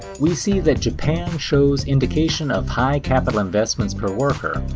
we see that japan shows indication of high capital investments per worker,